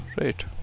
right